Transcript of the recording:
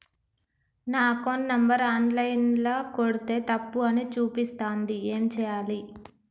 నా account number online ల కొడ్తే తప్పు అని చూపిస్తాంది ఏం చేయాలి?